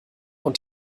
und